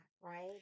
right